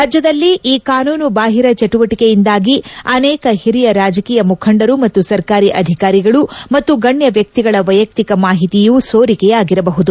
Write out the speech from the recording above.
ರಾಜ್ಯದಲ್ಲಿ ಈ ಕಾನೂನುಬಾಹಿರ ಚಟುವಟಿಕೆಯಿಂದಾಗಿ ಅನೇಕ ಹಿರಿಯ ರಾಜಕೀಯ ಮುಖಂಡರು ಮತ್ತು ಸರ್ಕಾರಿ ಅಧಿಕಾರಿಗಳು ಮತ್ತು ಗಣ್ಯ ವ್ಯಕ್ತಿಗಳ ವೈಯಕ್ತಿಕ ಮಾಹಿತಿಯು ಸೋರಿಕೆಯಾಗಿರಬಹುದು